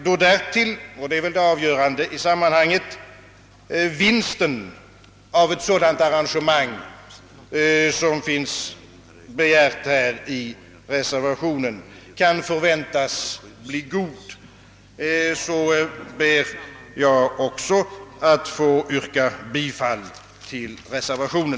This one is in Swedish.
Då därtill — och det är väl det avgörande i sammanhanget — vinsten av ett sådant arrangemang, som begäres i reservationen, kan förväntas bli god, ber också jag att få yrka bifall till reservationen.